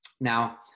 Now